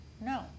No